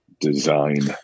design